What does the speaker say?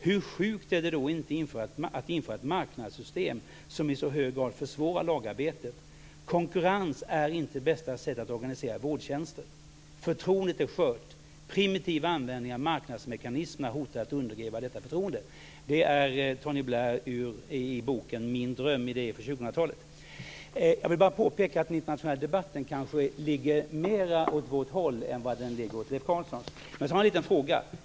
Hur sjukt är det då inte att införa ett marknadssystem som i så hög grad försvårar lagarbetet. Konkurrens är inte bästa sättet att organisera vårdtjänster. Förtroendet är skört. Primitiv användning av marknadsmekanismerna hotar att undergräva detta förtroende. Det var ur Tony Blairs bok Min dröm: idéer för tjugohundratalet. Jag vill bara påpeka att den internationella debatten kanske ligger mer åt vårt håll än åt Leif Carlsons håll. Sedan har jag en liten fråga.